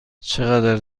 چقدر